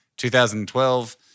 2012